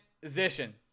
Transition